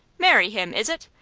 marry him, is it?